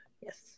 yes